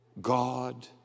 God